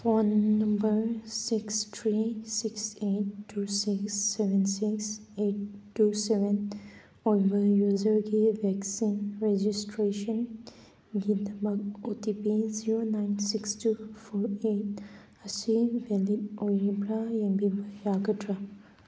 phone number six three six eight two six seven six eight two seven ꯑꯣꯏꯕ ꯌꯨꯖꯔꯒꯤ vaccine ꯔꯦꯖꯤꯁꯇ꯭ꯔꯦꯁꯟꯒꯤꯗꯃꯛ O T P zero nine six two four eight ꯑꯁꯤ ꯕꯦꯂꯤꯠ ꯑꯣꯏꯔꯤꯕ꯭ꯔꯥ ꯌꯦꯡꯕꯤꯕ ꯌꯥꯒꯗ꯭ꯔꯥ